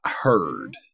heard